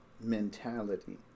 mentality